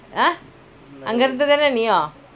அங்கஇருந்ததானநீயும்:anka irundha thana neeyum